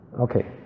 Okay